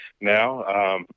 now